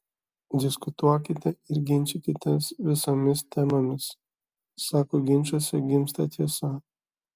diskutuokite ir ginčykitės visomis temomis sako ginčuose gimsta tiesa